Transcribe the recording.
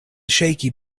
shaky